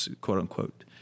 quote-unquote